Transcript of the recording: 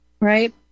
right